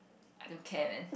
I don't care man